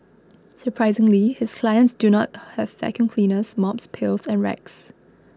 surprisingly his clients do not have vacuum cleaners mops pails and rags